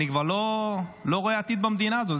אני כבר לא רואה עתיד במדינה הזאת.